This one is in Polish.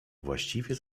właściwie